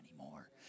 anymore